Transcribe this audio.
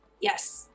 Yes